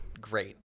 Great